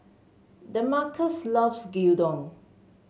Demarcus loves Gyudon